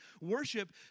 Worship